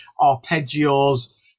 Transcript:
arpeggios